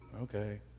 Okay